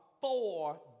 four